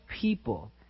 people